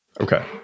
Okay